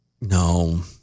No